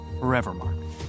Forevermark